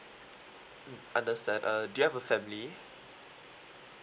mm understand uh do you have a family